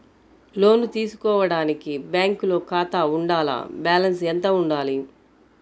లోను తీసుకోవడానికి బ్యాంకులో ఖాతా ఉండాల? బాలన్స్ ఎంత వుండాలి?